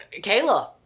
Kayla